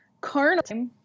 carnal